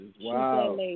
Wow